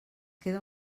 queda